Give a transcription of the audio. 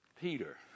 Peter